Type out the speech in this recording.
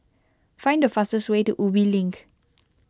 find the fastest way to Ubi Link